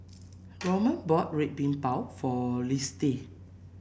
Roman bought Red Bean Bao for Lisette